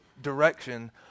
direction